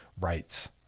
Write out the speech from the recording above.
rights